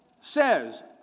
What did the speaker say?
says